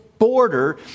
Border